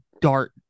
dart